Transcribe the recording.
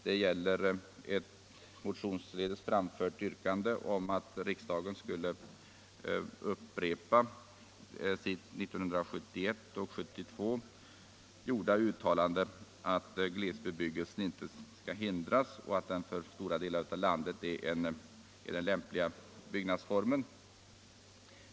Det gäller ett motionsledes framfört yrkande om att riksdagen skulle upprepa sitt 1971 och 1972 gjorda uttalande att glesbebyggelsen inte skall hindras och att den för stora delar av landet är den lämpliga byggnadsformen.